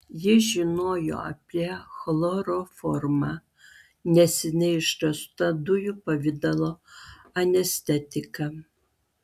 jis žinojo apie chloroformą neseniai išrastą dujų pavidalo anestetiką